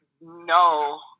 no